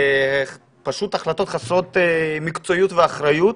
פשוט החלטות חסרת מקצועיות ואחריות,